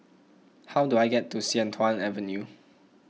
how do I get to Sian Tuan Avenue